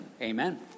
amen